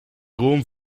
ruhm